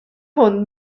hwn